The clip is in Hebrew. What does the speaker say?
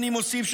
אני מוסיף,